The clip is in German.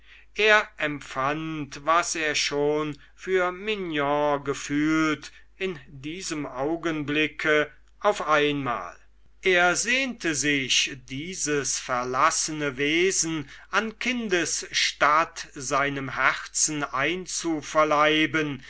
er empfand was er schon für mignon gefühlt in diesem augenblicke auf einmal er sehnte sich dieses verlassene wesen an kindesstatt seinem herzen einzuverleiben